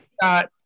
got